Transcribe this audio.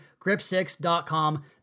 gripsix.com